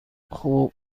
خوب